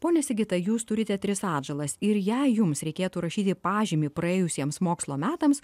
ponia sigita jūs turite tris atžalas ir jei jums reikėtų rašyti pažymį praėjusiems mokslo metams